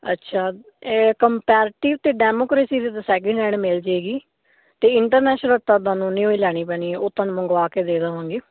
ਅੱਛਾ ਇਹ ਕੰਪੈਰਟਿਵ ਤੇ ਡੈਮੋਕਰੇਸੀ ਦੀ ਤਾਂ ਸੇਕਿੰਡ ਹੈਂਡ ਮਿਲ ਜਾਏਗੀ ਤੇ ਇੰਟਰਨੈਸ਼ਨਲ ਤਾਂ ਤੁਹਾਨੂੰ ਨਿਉ ਹੀ ਲੈਣੀ ਪੈਣੀ ਹੈ ਉਹ ਤੁਹਾਨੂੰ ਮੰਗਵਾ ਕੇ ਦੇ ਦਵਾਂਗੇ